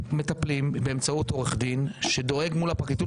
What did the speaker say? יש לנו עורך דין שדואג מול הפרקליטות